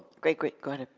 great, great, go ahead.